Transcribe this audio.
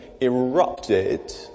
erupted